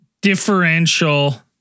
differential